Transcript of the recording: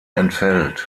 entfällt